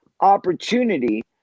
opportunity